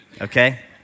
okay